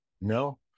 No